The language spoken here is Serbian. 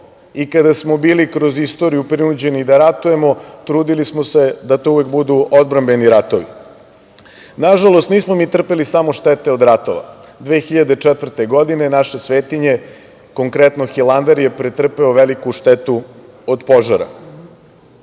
I kada smo bili kroz istoriju prinuđeni da ratujemo trudili smo se da to uvek budu odbrambeni ratovi. Nažalost, nismo mi trpeli samo štete od ratova, 2004. godine naše svetinje, konkretno Hilandar je pretrpeo veliku štetu od požara.